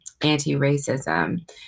anti-racism